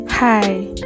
hi